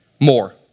more